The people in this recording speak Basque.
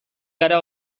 gara